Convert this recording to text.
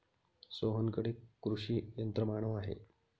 सोहनकडे कृषी यंत्रमानव आहे